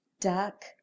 duck